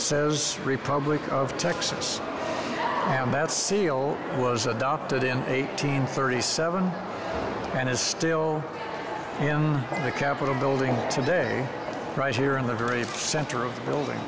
says republic of texas and that seal was a dog did in eighteen thirty seven and is still in the capitol building today right here in the very center of the building